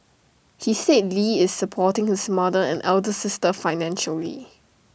he said lee is supporting his mother and elder sister financially